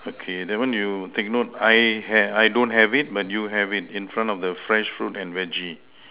okay that one you take note I have I don't have it but you have it in front of the fresh fruit and veggie